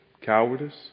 cowardice